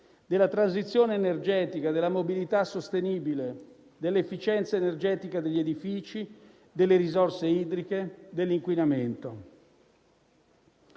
della transizione energetica, della mobilità sostenibile, dell'efficienza energetica degli edifici, delle risorse idriche e dell'inquinamento.